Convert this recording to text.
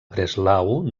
breslau